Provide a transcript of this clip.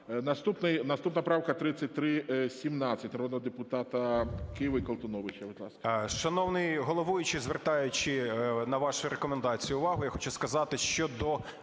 Наступна правка 3317 народного депутата Киви, Колтуновича. Будь ласка.